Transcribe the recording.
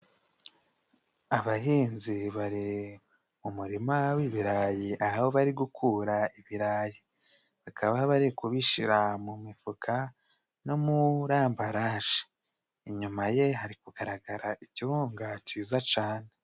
Abahinzi bari mu murima w'ibirayi aho bari gukura ibirayi. Bakaba bari kubishira mu mifuka no muri ambaraje. Inyuma ye hari kugaragara ikirunga ciza cane.